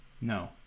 No